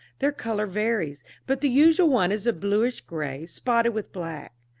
their colour varies, but the usual one is a bluish grey, spotted with black.